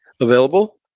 available